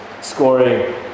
scoring